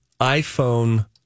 iPhone